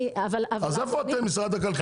אז איפה משרד הכלכלה?